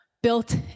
built